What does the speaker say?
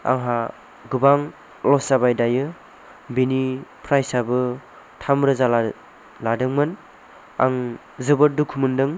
आंहा गोबां लस जाबाय दायो बेनि प्राइस आबो थाम रोजा लादोंमोन आं जोबोद दुखु मोनदों